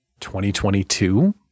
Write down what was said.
2022